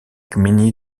gminy